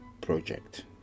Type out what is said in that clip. project